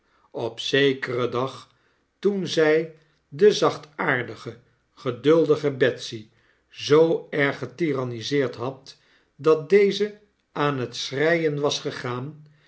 op zekeren dag toen zij de zachtaardige geduldige betsy zoo erg getiranniseerd had dat deze aan het schreien was gegaan